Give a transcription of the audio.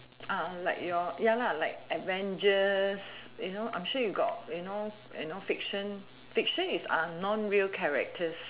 uh like your ya lah like avengers you know I'm sure you got you know you know fiction fiction is are non real characters